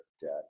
debt